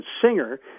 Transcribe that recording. singer